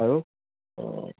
আৰু অঁঁ